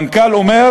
המנכ"ל אומר: